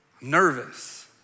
nervous